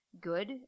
good